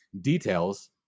details